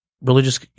religious